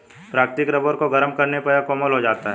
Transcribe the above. प्राकृतिक रबर को गरम करने पर यह कोमल हो जाता है